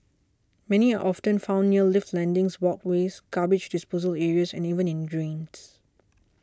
many are often found near lift landings walkways garbage disposal areas and even in drains